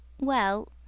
Well